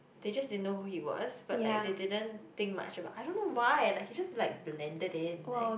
they just didn't know who he was but like they didn't think much about I don't know why like he just like blended in like